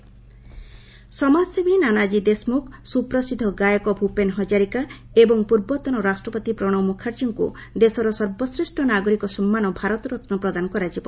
Bharat Ratna award ସମାଜସେବୀ ନାନାଜୀ ଦେଶମୁଖ୍ ସୁପ୍ରସିଦ୍ଧ ଗାୟକ ଭୂପେନ ହଜାରିକା ଏବଂ ପୂର୍ବତନ ରାଷ୍ଟ୍ରପତି ପ୍ରଣବ ମୁଖାର୍ଜୀଙ୍କୁ ଦେଶର ସର୍ବଶ୍ରେଷ୍ଠ ନାଗରିକ ସମ୍ମାନ 'ଭାରତ ରତ୍ନ' ପ୍ରଦାନ କରାଯିବ